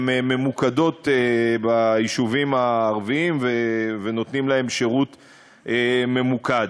ממוקדות ביישובים הערביים ונותנות להם שירות ממוקד.